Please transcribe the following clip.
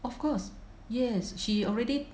of course yes she already